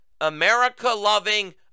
America-loving